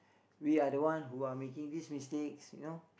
we are the one who are making these mistakes you know